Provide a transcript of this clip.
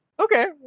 Okay